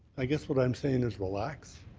i guess what i'm saying is relax.